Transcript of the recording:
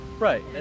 Right